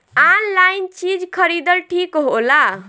Online चीज खरीदल ठिक होला?